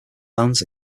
bands